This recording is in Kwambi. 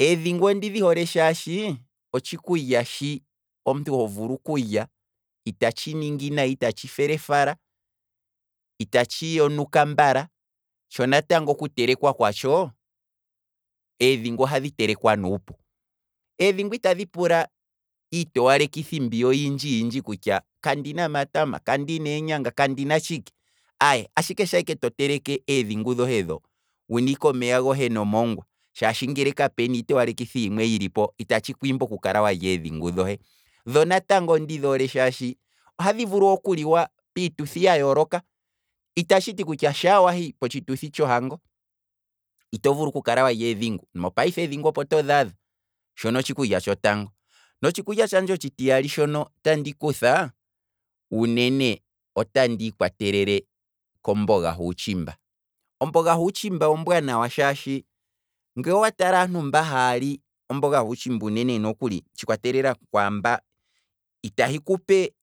eedhingu ondi dhi hole shaashi, otshikulya shi omuntu ho vulu kulya, ita tshi ningi nayi, ita tshi felefala, ita tshi yonuka mbala, tsho natango oku telekwa kwatsho, eedhingu ohadhi telekwa nuupu, eedhingu itadhi pula iitowalekidhi mbiya oyindji yindji kutya, kandina matama, kandina eenyanga, kandina tshike, aye, ashike sha ike to teleke eedhingu dhohe dho, wuna ike omeya gohe no mongwa shashi nge kapena iito walekithi yimwe yi lipo, ita tshi kwiimbi oku kala walya eedhingu dhohe, dho natango ondi dhoole shashi, ohadhi vulu okuliwa piituthi ya yooloka, ita tshiti kutya shaa wahi potshituthi tsho hango, ito vulu ku kala walya eedhingu, mopayife eedhingu oko to dhaadha, shono otshikulya tsho tango, notshi kulya tshandje otshi tiyali, notshi kulya tshandje otshi tiyali shono tandi kuthaa, uunene otandi ikwa telele komboga huutshimba, omboga huutshimba ombwaanawa shaashi, ngoo wa tala aantu mba haali omboga huutshimba uunene nokuli, tshiikwatelela kwaamba ita hi kupe